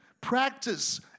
Practice